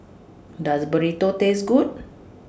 Does Burrito Taste Good